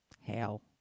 hell